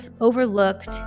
overlooked